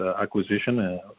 acquisition